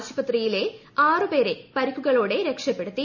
ആശുപത്രിയിലെ ആറു പേരെ പരിക്കുകളോടെ രക്ഷപ്പെടുത്തി